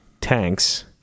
tanks